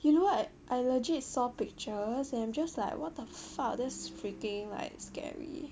you know what I legit saw pictures and I'm just like what the fuck that's freaking like scary